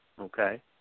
okay